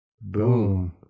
Boom